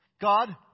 God